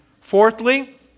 Fourthly